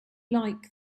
like